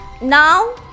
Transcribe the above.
now